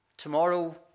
tomorrow